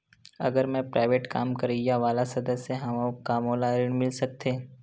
अगर मैं प्राइवेट काम करइया वाला सदस्य हावव का मोला ऋण मिल सकथे?